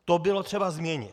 To bylo třeba změnit.